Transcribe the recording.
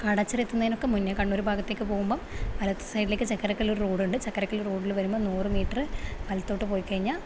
കാടാച്ചിറ എത്തുന്നതിന് ഒക്കെ മുന്നേ കണ്ണൂര് ഭാഗത്തേക്ക് പോകുമ്പം വലത്ത് സൈഡിലേക്ക് ചക്കരക്കള്ളി റോഡുണ്ട് ചക്കരക്കള്ളി റോഡില് വരുമ്പോൾ നൂറ് മീറ്ററ് വലത്തോട്ട് പോയി കഴിഞ്ഞാൽ